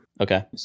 Okay